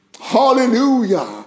hallelujah